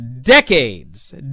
decades